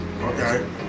Okay